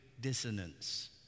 dissonance